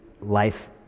life